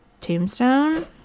tombstone